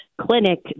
clinic